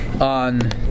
on